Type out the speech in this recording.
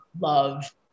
love